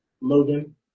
Logan